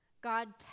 God